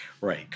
Right